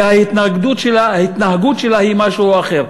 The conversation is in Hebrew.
וההתנהגות שלה היא משהו אחר.